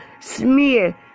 Smear